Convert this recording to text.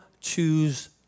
choose